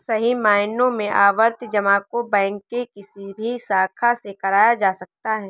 सही मायनों में आवर्ती जमा को बैंक के किसी भी शाखा से कराया जा सकता है